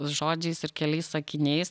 žodžiais ir keliais sakiniais